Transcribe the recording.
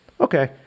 okay